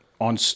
On